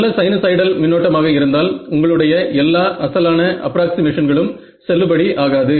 நல்ல சைனுசாய்டல் மின்னோட்டம் ஆக இருந்தால் உங்களுடைய எல்லா அசலான அப்ராக்ஸிமேஷன்களும் செல்லுபடி ஆகாது